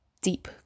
deep